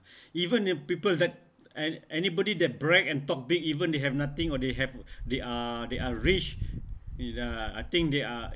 even if people that and anybody that brag and talk big even they have nothing or they have they are they are rich in uh I think they are